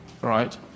Right